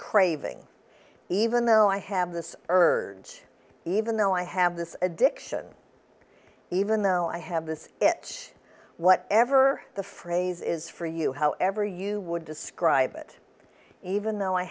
craving even though i have this urge even though i have this addiction even though i have this it whatever the phrase is for you however you would describe it even though i